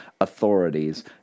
authorities